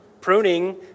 Pruning